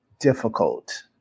difficult